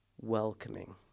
welcoming